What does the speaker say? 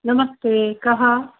नमस्ते कः